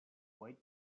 white